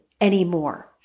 anymore